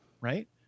right